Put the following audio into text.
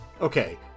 Okay